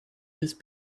with